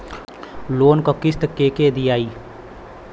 Loan क किस्त के के दियाई?